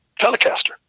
Telecaster